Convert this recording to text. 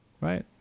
Right